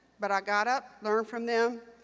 but i got up, learned from them,